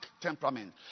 temperament